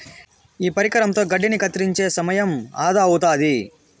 ఈ పరికరంతో గడ్డిని కత్తిరించే సమయం ఆదా అవుతాది